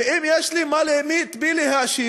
ואם יש לי מה ואת מי להאשים,